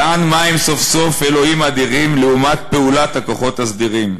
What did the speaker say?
// יען מה הן סוף-סוף אלוהים אדירים! / לעומת פעולת הכוחות הסדירים.